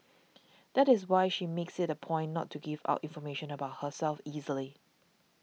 that is why she makes it a point not to give out information about herself easily